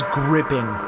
gripping